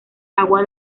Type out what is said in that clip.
agua